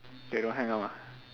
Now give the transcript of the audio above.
K don't hang up ah